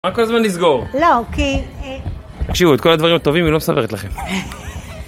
למה כל הזמן נסגור? לא, כי... תקשיבו, את כל הדברים הטובים היא לא מספרת לכם.